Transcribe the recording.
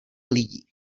lidí